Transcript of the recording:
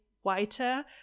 whiter